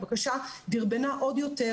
הבקשה דרבנה עוד יותר